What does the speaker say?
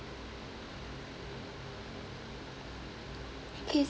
okay